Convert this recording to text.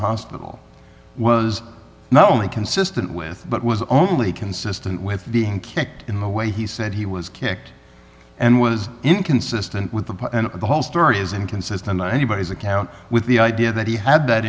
hospital was not only consistent with but was only consistent with being kicked in the way he said he was kicked and was inconsistent with the whole story is inconsistent on anybody's account with the idea that he had that